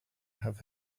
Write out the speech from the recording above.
have